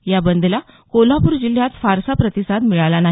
या बंदला कोल्हापूर जिल्ह्यात फारसा प्रतिसाद मिळाला नाही